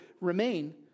Remain